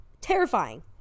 terrifying